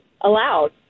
allowed